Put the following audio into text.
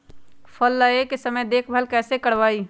फल लगे के समय देखभाल कैसे करवाई?